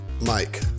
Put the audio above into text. Mike